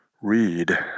Read